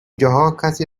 جاها، کسی